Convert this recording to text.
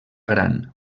gran